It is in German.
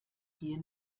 hier